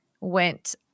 went